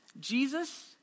Jesus